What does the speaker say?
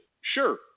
sure